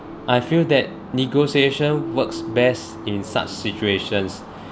I feel that negotiation works best in such situations